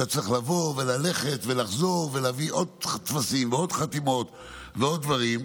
אתה צריך לבוא וללכת ולחזור ולהביא עוד טפסים ועוד חתימות ועוד דברים.